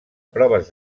proves